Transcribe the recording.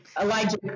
Elijah